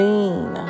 Lean